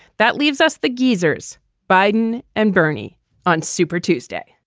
that leaves us the geezer's biden and bernie on super tuesday.